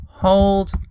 Hold